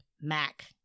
Mac